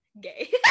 gay